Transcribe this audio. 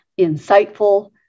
insightful